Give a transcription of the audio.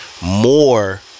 more